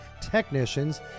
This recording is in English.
technicians